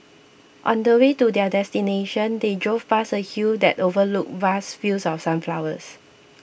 on the way to their destination they drove past a hill that overlooked vast fields of sunflowers